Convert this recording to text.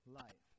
life